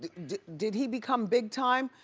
did did he become big time.